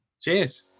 cheers